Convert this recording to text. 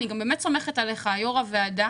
אני באמת סומכת עליך יושב ראש הוועדה